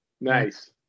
Nice